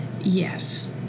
Yes